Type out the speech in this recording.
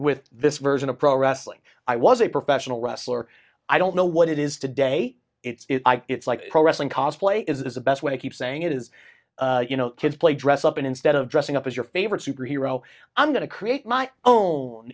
with this version of pro wrestling i was a professional wrestler i don't know what it is today it's it's like pro wrestling cause play is the best way keep saying it is you know kids play dress up and instead of dressing up as your favorite superhero i'm going to create my own